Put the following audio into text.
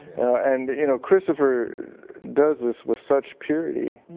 and you know christopher does this with such purity.